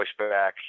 pushback